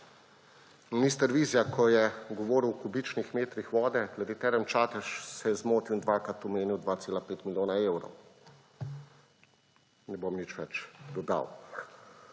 Minister Vizjak, ko je govoril o kubičnih metrih vode glede Term Čatež se je zmotil in dvakrat omenil 2,5 milijona evrov. Ne bom nič več dodal.